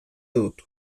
dut